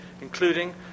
including